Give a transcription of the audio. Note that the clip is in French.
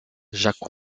jacques